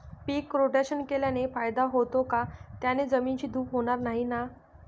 पीक rotation केल्याने फायदा होतो का? त्याने जमिनीची धूप होणार नाही ना?